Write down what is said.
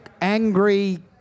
angry